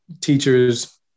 teachers